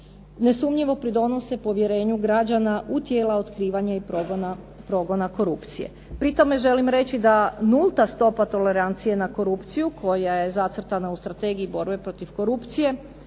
nesumnjivo pridonose povjerenju građana u tijela otkrivanja i progona korupcije. Pri tome želim reći da nulta stopa tolerancije na korupciju koja je zacrtana u Strategiji borbe protiv korupcije